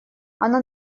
она